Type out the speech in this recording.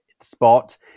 Spot